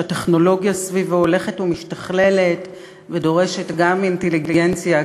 שהטכנולוגיה סביבו הולכת ומשתכללת ודורשת גם אינטליגנציה,